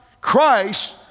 Christ